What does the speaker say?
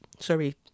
sorry